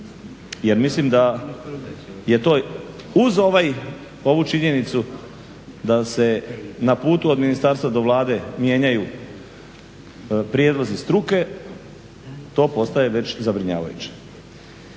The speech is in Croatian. jer mislim da je to uz ovu činjenicu da se na putu od ministarstva do Vlade mijenjaju prijedlozi struke to postaje već zabrinjavajuće.